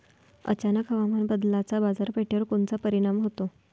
अचानक हवामान बदलाचा बाजारपेठेवर कोनचा परिणाम होतो?